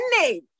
name